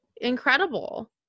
incredible